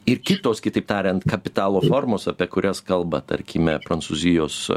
ir kitos kitaip tariant kapitalo formos apie kurias kalba tarkime prancūzijos